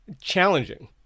challenging